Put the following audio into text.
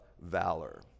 valor